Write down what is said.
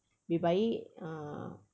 lebih baik uh